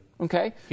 okay